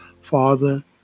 Father